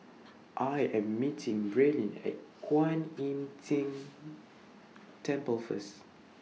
I Am meeting Braelyn At Kwan Im Tng Temple First